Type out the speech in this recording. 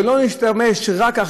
ולא נשתמש רק,